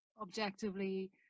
objectively